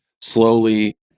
slowly